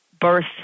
birth